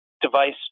device